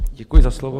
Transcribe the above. Děkuji za slovo.